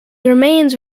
remains